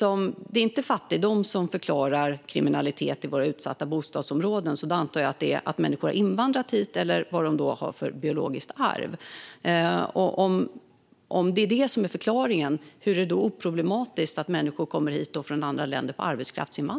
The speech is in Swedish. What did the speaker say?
Om det inte är fattigdom som förklarar kriminaliteten i våra utsatta bostadsområden antar jag att det är att människor har invandrat hit och vad de har för biologiskt arv. Om det är förklaringen, hur är det då oproblematiskt att människor kommer hit från andra länder genom arbetskraftsinvandring?